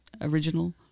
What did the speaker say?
original